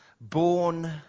born